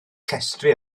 llestri